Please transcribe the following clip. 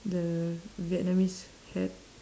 the vietnamese hat